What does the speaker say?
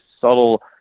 subtle